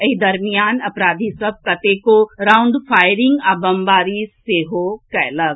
एहि दरमियान अपराधी सभ कतेको राउंड फायरिंग आ बमबारी सेहो कयलक